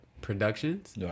productions